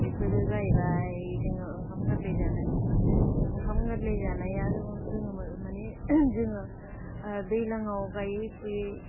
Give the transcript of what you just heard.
बेफोरो जाहैबाय जोङो ओंखाम गोरलै जानाय ओंखाम गोरलै जानाया जोङो मानि जोङो दैलाङाव गायै फुयै